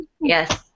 Yes